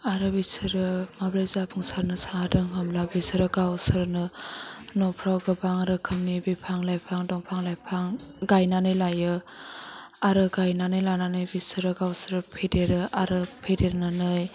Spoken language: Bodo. आरो बिसोरो माब्रै जाफुंसारनो जादों होनब्ला बिसोरो गावसोरनो न'फ्राव गोबां रोखोमनि बिफां लाइफां दंफां लाइफां गायन्नानै लायो आरो गायनानै लानानै बिसोरो गावसोर फेदेरो आरो फेदेरनानै